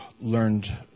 learned